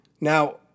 now